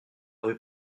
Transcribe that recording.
rue